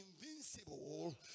invincible